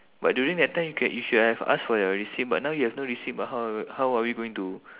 but during that time you can you should have asked for your receipt but now you have no receipt but how how are we going to